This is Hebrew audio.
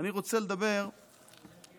אני רוצה לדבר באמת,